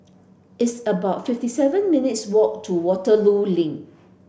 it's about fifty seven minutes' walk to Waterloo Link